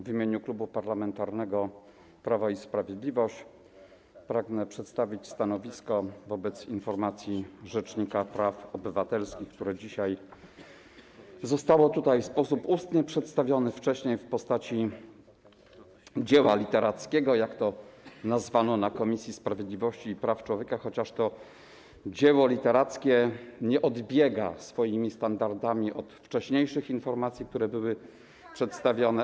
W imieniu Klubu Parlamentarnego Prawo i Sprawiedliwość pragnę przedstawić stanowisko wobec informacji rzecznika praw obywatelskich, która została przedstawiona tutaj dzisiaj w sposób ustny, a wcześniej - w postaci dzieła literackiego, jak to nazwano na posiedzeniu Komisji Sprawiedliwości i Praw Człowieka, chociaż to dzieło literackie nie odbiega swoimi standardami od wcześniejszych informacji, które były przedstawiane.